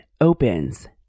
opens